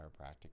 Chiropractic